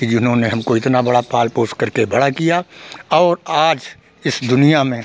कि जिन्होंने हमको इतना बड़ा पाल पोसकर के बड़ा किया और आज इस दुनिया में